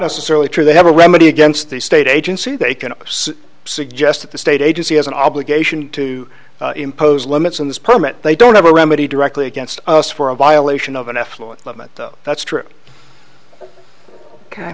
necessarily true they have a remedy against the state agency they can suggest that the state agency has an obligation to impose limits on this permit they don't have a remedy directly against us for a violation of an affluent limit though that's true